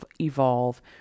evolve